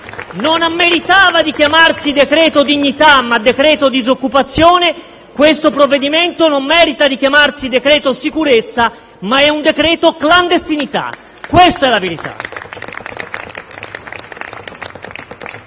non meritava di chiamarsi decreto dignità ma decreto disoccupazione, il provvedimento al nostro esame non merita di chiamarsi decreto sicurezza ma piuttosto decreto clandestinità. Questa è la verità.